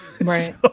right